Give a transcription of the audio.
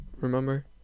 Remember